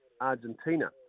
Argentina